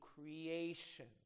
creation